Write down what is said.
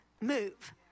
move